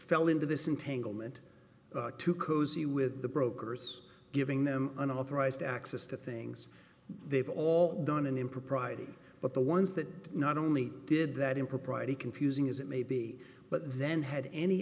fell into this entanglement too cozy with the brokers giving them an unauthorized access to things they've all done an impropriety but the ones that not only did that impropriety confusing as it may be but then had any